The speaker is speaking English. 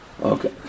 Okay